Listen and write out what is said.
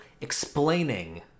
explaining